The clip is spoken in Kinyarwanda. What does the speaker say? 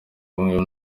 ubumwe